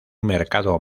mercado